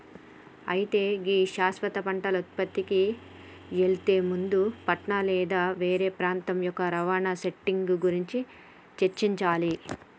అయితే గీ శాశ్వత పంటల ఉత్పత్తికి ఎళ్లే ముందు పట్నం లేదా వేరే ప్రాంతం యొక్క రవాణా సెట్టింగ్ గురించి చర్చించాలి